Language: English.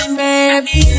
baby